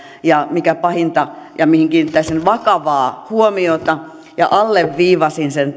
ja mikä pahinta ja mihin kiinnittäisin vakavaa huomiota alleviivasin sen